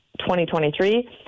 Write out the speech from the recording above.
2023